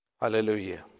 Hallelujah